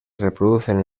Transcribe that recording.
reproducen